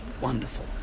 Wonderful